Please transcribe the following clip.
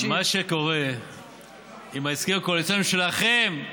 מה שקורה עם ההסכמים הקואליציוניים שלכם,